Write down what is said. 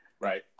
Right